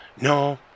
No